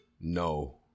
No